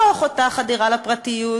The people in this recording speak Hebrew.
תוך אותה חדירה לפרטיות,